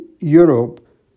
Europe